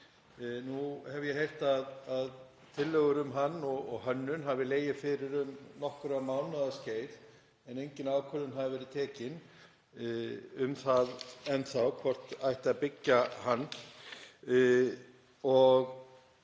Nú hef ég heyrt að tillögur um hann og hönnun hafi legið fyrir um nokkurra mánaða skeið en að engin ákvörðun hafi verið tekin um það enn þá hvort það eigi að byggja hann.